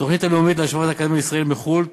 התוכנית הלאומית להשבת אקדמאים ישראלים מחו"ל,